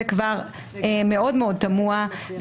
זה כבר מאוד מאוד תמוה.